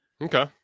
Okay